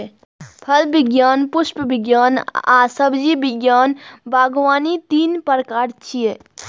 फल विज्ञान, पुष्प विज्ञान आ सब्जी विज्ञान बागवानी तीन प्रकार छियै